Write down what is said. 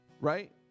Right